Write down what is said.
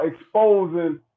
exposing